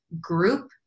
group